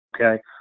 Okay